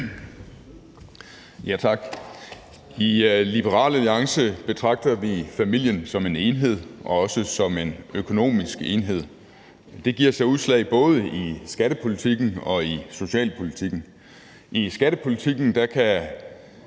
Tak. I Liberal Alliance betragter vi familien som en enhed og også som en økonomisk enhed. Det giver sig udslag både i skattepolitikken og i socialpolitikken. I skattepolitikken kan